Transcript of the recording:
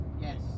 Yes